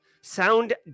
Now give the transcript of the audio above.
sound